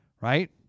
right